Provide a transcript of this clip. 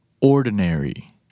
ordinary